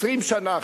20 שנה,